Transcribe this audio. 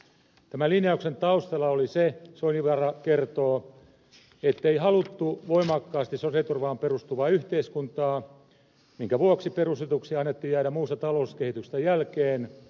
tämän linjauksen taustalla oli se soininvaara kertoo että koska ei haluttu voimakkaasti sosiaaliturvaan perustuvaa yhteiskuntaa perusetuuksien annettiin jäädä muusta talouskehityksestä jälkeen